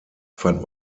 fand